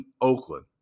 Oakland